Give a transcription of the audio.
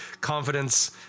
confidence